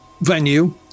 venue